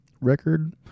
record